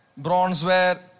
bronzeware